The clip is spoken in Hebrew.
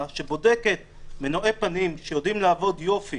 שבודקת מנועי פנים שיודעים לעבוד יופי